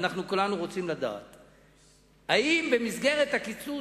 ואנחנו כולנו רוצים לדעת: האם במסגרת הקיצוץ